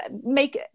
make